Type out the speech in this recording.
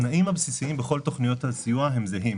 התנאים הבסיסיים בכל תוכניות הסיוע הם זהים.